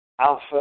Alpha